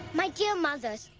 my dear mothers,